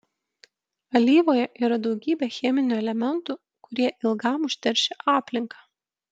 alyvoje yra daugybė cheminių elementų kurie ilgam užteršia aplinką